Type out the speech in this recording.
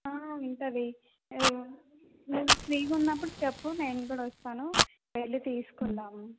ఉంటుంది నువ్వు ఫ్రీగున్నపుడు చెప్పు నేను కూడా వస్తాను వెళ్ళి తీసుకుందాము